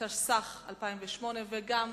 (פטור ממס על מלגה לסטודנט), התשס"ח 2008, נתקבלה.